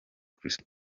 chris